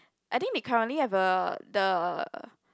I think they currently have a the